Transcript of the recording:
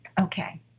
Okay